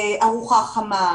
ארוחה חמה,